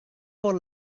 por